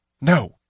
No